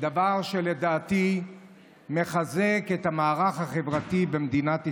דבר שלדעתי מחזק את המערך החברתי במדינת ישראל.